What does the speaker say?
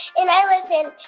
and i live in